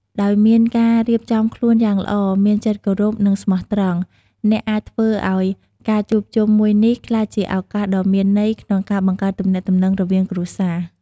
ដោយមានការរៀបចំខ្លួនយ៉ាងល្អ មានចិត្តគោរព និងស្មោះត្រង់ អ្នកអាចធ្វើឲ្យការជួបជុំមួយនេះក្លាយជាឱកាសដ៏មានន័យក្នុងការបង្កើតទំនាក់ទំនងរវាងគ្រួសារ។